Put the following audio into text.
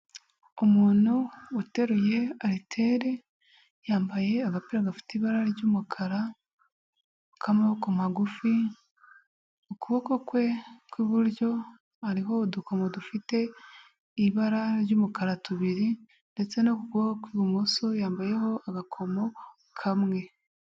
Umuntu uteruye aritere yambaye agapira gafite ibara ry'umukara k'amaboko magufi, ukuboko kwe kw'iburyo, hariho udukomo dufite ibara ry'umukara tubiri, ndetse no ku kuboko kw'ibumoso yambayeho agakomo kamwe.